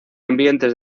ambientes